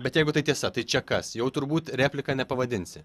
bet jeigu tai tiesa tai čia kas jau turbūt replika nepavadinsi